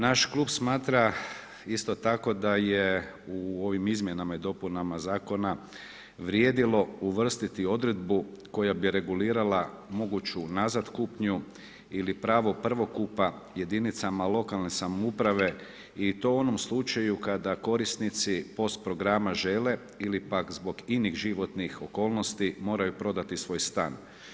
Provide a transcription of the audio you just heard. Naš klub smatra isto tako da je u ovim izmjenama i dopunama zakona, vrijedilo uvrstiti odredbu koja bi regulirala moguću unazad kupnju ili pravo prvokupa jedinicama lokalne samouprave i to u onom slučaju, kada korisnici POS programa žele ili pak zbog inih životnih okolnosti moraju prodati svoj stan.